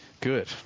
Good